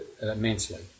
immensely